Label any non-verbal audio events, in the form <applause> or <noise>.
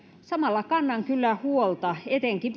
samalla kannan kyllä huolta työtaakasta etenkin <unintelligible>